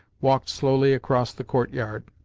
walked slowly across the courtyard.